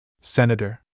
Senator